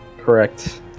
Correct